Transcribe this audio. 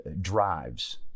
drives